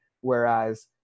whereas